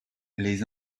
les